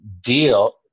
deal